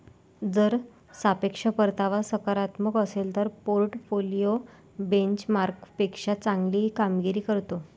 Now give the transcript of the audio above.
जर सापेक्ष परतावा सकारात्मक असेल तर पोर्टफोलिओ बेंचमार्कपेक्षा चांगली कामगिरी करतो